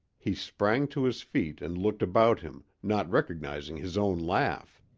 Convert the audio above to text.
he sprang to his feet and looked about him, not recognizing his own laugh.